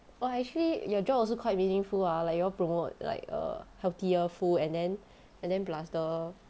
!wah! actually your job also quite meaningful ah like you all promote like err healthier food and then and then plus the